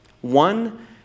One